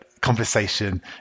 conversation